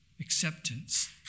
acceptance